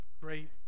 great